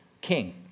king